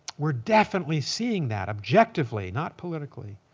we're definitely seeing that objectively, not politically.